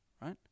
Right